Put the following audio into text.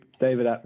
david